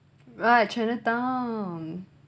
right chinatown